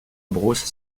bruce